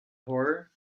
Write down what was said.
horror